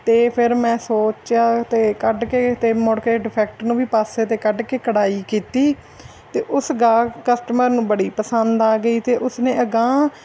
ਅਤੇ ਫਿਰ ਮੈਂ ਸੋਚਿਆ ਅਤੇ ਕੱਢ ਕੇ ਅਤੇ ਮੁੜ ਕੇ ਡਿਫੈਕਟ ਨੂੰ ਵੀ ਪਾਸੇ 'ਤੇ ਕੱਢ ਕੇ ਕਢਾਈ ਕੀਤੀ ਅਤੇ ਉਸ ਗਾਹ ਕਸਟਮਰ ਨੂੰ ਬੜੀ ਪਸੰਦ ਆ ਗਈ ਅਤੇ ਉਸਨੇ ਅਗਾਂਹ